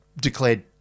declared